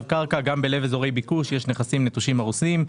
קרקע גם בלב אזורי ביקוש יש נכסים נטושים הרוסים.